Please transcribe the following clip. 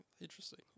Interesting